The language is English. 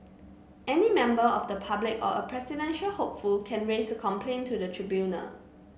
any member of the public or a presidential hopeful can raise a complaint to the tribunal